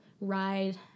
ride